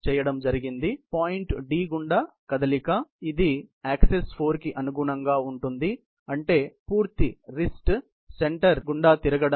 కాబట్టి point D గుండా కదలిక కాబట్టి ఇది యాక్సెస్ 4 కి అనుగుణంగా ఉంటుంది అంటే పూర్తి రిస్ట్ సెంటర్ తిరగడం